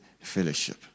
fellowship